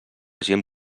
gent